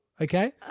Okay